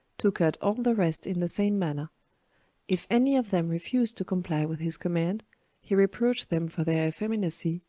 to cut all the rest in the same manner if any of them refused to comply with his command he reproached them for their effeminacy,